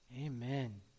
Amen